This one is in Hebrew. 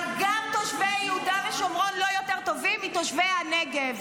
אבל גם תושבי יהודה ושומרון לא יותר טובים מתושבי הנגב.